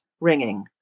ringing